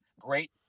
great